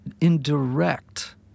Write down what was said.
indirect